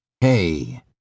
Hey